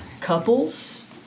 couples